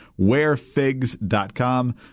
WearFigs.com